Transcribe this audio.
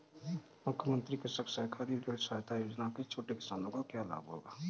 मुख्यमंत्री कृषक सहकारी ऋण सहायता योजना से छोटे किसानों को क्या लाभ होगा?